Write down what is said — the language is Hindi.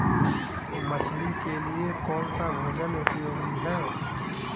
मछली के लिए कौन सा भोजन उपयोगी है?